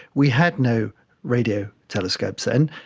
we had no radio telescopes then,